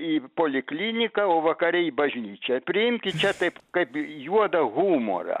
į polikliniką o vakare į bažnyčią priimkit čia taip kaip juodą humorą